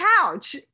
couch